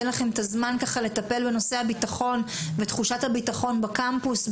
בנושא הבטחון ותחושת הבטחון בקמפוס,